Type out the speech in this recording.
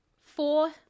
Four